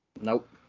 Nope